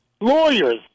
Lawyers